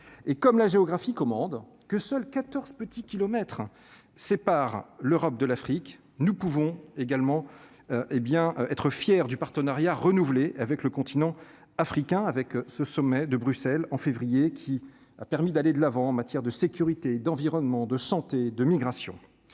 et comme la géographie commandent que seuls 14 petits kilomètres sépare l'Europe de l'Afrique, nous pouvons également hé bien être fier du partenariat renouvelé avec le continent africain avec ce sommet de Bruxelles en février qui a permis d'aller de l'avant en matière de sécurité d'environnement de santé de migration